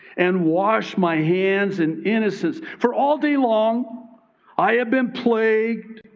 and washed my hands in innocence. for all day long i have been plagued,